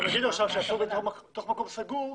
--- יגידו עכשיו שאסור בתוך מקום סגור,